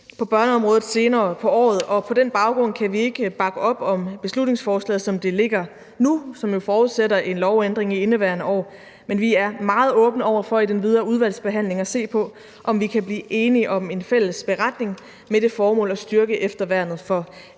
på børneområdet senere på året, og på den baggrund kan vi ikke bakke op om beslutningsforslaget, som det ligger nu, som jo forudsætter en lovændring i indeværende år. Men vi er meget åbne over for i den videre udvalgsbehandling at se på, om vi kan blive enige om en fælles beretning med det formål at styrke efterværnet for